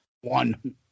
one